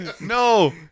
No